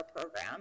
program